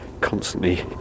constantly